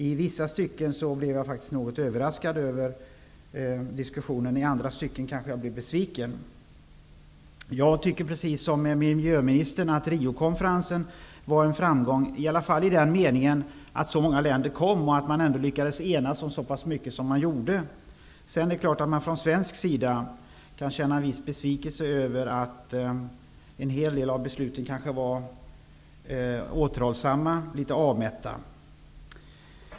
I vissa stycken blev jag faktiskt något överraskad över diskussionen. I andra stycken blev jag kanske besviken. Precis som miljöministern tycker också jag att Riokonferensen var en framgång, i alla fall i den meningen att det var många länder som var representerade där och att man lyckades enas på så många punkter som man gjorde. Men det är klart att man från svensk sida kan känna en viss besvikelse över att en hel del av besluten nog var återhållsamma och litet avmätta.